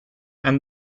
and